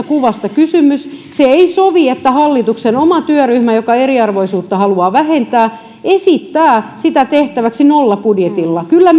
kuvasta kysymys se ei sovi että hallituksen oma työryhmä joka eriarvoisuutta haluaa vähentää esittää sitä tehtäväksi nollabudjetilla kyllä